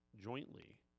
jointly